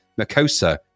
Makosa